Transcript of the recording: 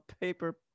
paper